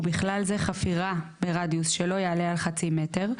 ובכלל זה חפירה ברדיוס שלא יעלה על חצי מטר,